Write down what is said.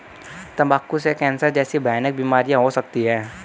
तंबाकू से कैंसर जैसी भयानक बीमारियां हो सकती है